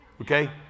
okay